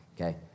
Okay